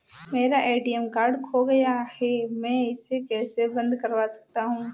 मेरा ATM card खो गया है मैं इसे कैसे बंद करवा सकता हूँ?